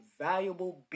valuable